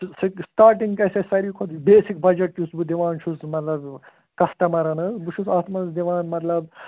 سِی starting گَژھِ اَسہِ سارِوٕے کھۄتہٕ بیٚسِک بجٹ یُس بہٕ دِوان چھُس مطلب کسٹٕمرن حظ بہٕ چھُس اتھ منٛز دِوان مطلب